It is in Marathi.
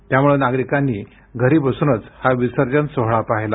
त्यामुळं नागरिकांनी घरी बसूनच हा विसर्जन सोहळा पाहिला